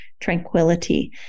tranquility